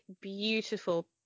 beautiful